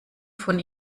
von